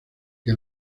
que